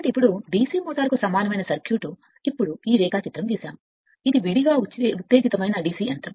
కాబట్టి ఇప్పుడు DC మోటారుకు సమానమైన సర్క్యూట్ ఇప్పుడు ఈ రేఖాచిత్రం గీసాము ఇది విడిగా ఉత్తేజిత మైన DC యంత్రం